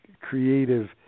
creative